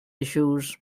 issues